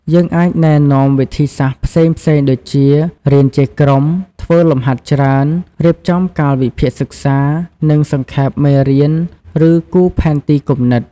យើងអាចណែនាំវិធីសាស្រ្តផ្សេងៗដូចជា រៀនជាក្រុម ធ្វើលំហាត់ច្រើន រៀបចំកាលវិភាគសិក្សា និងសង្ខេបមេរៀន ឬគូរផែនទីគំនិត។